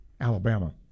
Alabama